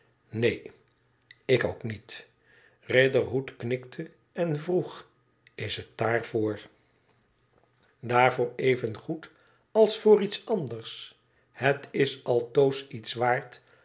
neen ik ook niet riderhood knikte en vroeg is het daarvoor daarvoor evengoed als voor iets anders het is altoos iets waard